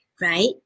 right